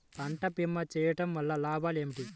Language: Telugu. పంట భీమా చేయుటవల్ల లాభాలు ఏమిటి?